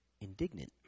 indignant